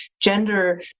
gender